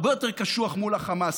הרבה יותר קשוח מול החמאס.